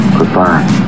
Goodbye